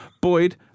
Boyd